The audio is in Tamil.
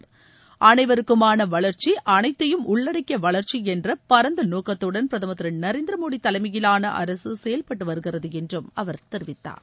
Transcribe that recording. அனைவருக்குமானவளர்ச்சிஅனைத்தையும் உள்ளடக்கியவளர்ச்சிஎன்றபரந்தநோக்கத்துடன் பிரதமர் திருநரேந்திரமோடிதலைமையிலானஅரசுசெயல்பட்டுவருகிறதுஎன்றும் அவர் தெரிவித்தார்